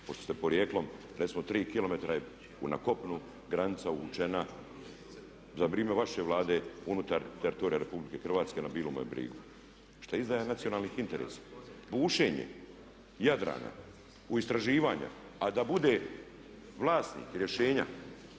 pošto ste porijeklom recimo tri kilometra na kopnu granica uvučena za vrijeme vaše Vlade unutar torture RH na Bilome brigu što je izdaja nacionalnih interesa. Bušenje Jadrana, istraživanja a da bude vlasnik rješenja